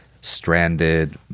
stranded